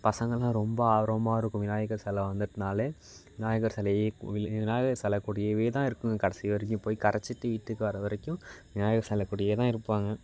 பசங்கள்லாம் ரொம்ப ஆர்வமாயிருக்கும் விநாயகர் செலை வந்துட்டுனாலே விநாயகர் சிலையே கோவில் விநாயகர் செலைக் கூடியவே தான் இருக்கும்ங்க கடைசி வரைக்கும் போய் கரைச்சிட்டு வீட்டுக்கு வர்ற வரைக்கும் விநாயகர் செலைக்கூடியே தான் இருப்பாங்க